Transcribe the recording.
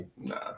Nah